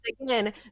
again